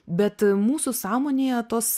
bet mūsų sąmonėje tos